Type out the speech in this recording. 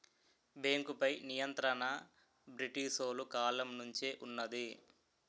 బేంకుపై నియంత్రణ బ్రిటీసోలు కాలం నుంచే వున్నది